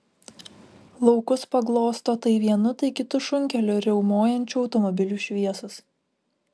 laukus paglosto tai vienu tai kitu šunkeliu riaumojančių automobilių šviesos